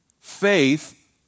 Faith